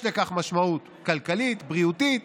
יש לכך משמעות כלכלית, בריאותית,